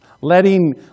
Letting